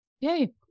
Yay